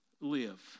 live